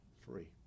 free